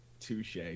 Touche